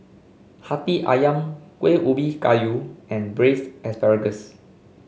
hati ayam Kuih Ubi Kayu and Braised Asparagus